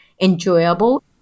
enjoyable